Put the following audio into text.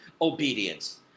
obedience